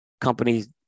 companies